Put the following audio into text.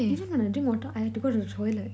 even when I drink water I had to go to the toilet